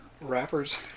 rappers